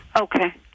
Okay